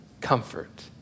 comfort